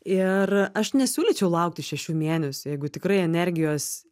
ir aš nesiūlyčiau laukti šešių mėnesių jeigu tikrai energijos